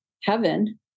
heaven